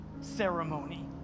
ceremony